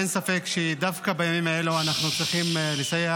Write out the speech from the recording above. אין ספק, דווקא בימים האלה אנחנו צריכים לסייע